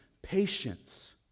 patience